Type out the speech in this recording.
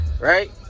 Right